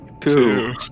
two